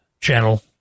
channel